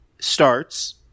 starts